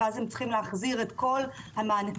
הם צריכים להחזיר את כל המענקים.